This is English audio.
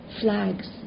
flags